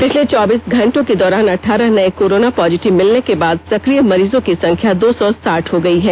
पिछले चौबीस घंटों के दौरान अठारह नये कोरोना पॉजिटिव मिलने के बाद संक्रमित मरीजों की संख्या दो सौ साठ हो गई है